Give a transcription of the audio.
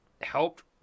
helped